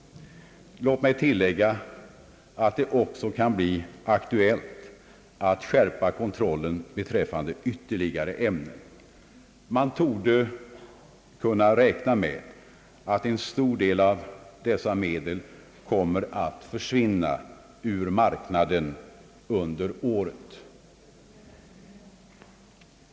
Låt mig tillägga att det också kan bli aktuellt att skärpa kontrollen beträffande ytterligare ämnen. Man torde kunna räkna med att en stor del av dessa medel kommer att försvinna ur marknaden under året.